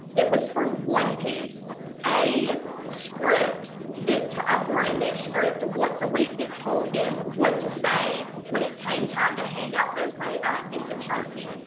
it was for one piece a script that to a brand new script once a week that told them what to say when it came time to hand out those money baskets at church.